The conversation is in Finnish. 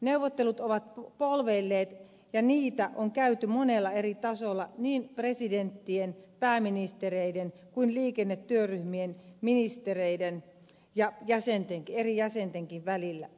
neuvottelut ovat polveilleet ja niitä on käyty monella eri tasolla niin presidenttien pääministereiden kuin liikennetyöryhmien ministereiden ja eri jäsentenkin välillä